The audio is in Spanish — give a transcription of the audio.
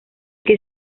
que